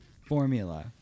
formula